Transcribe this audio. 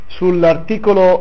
sull'articolo